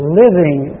living